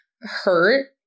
hurt